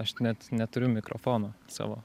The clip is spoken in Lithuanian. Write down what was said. aš net neturiu mikrofono savo